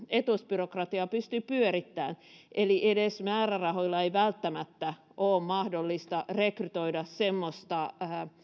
etuusbyrokratiaa pystyy pyörittämään eli edes määrärahoilla ei välttämättä ole ole mahdollista rekrytoida semmoista